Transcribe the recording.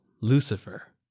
Lucifer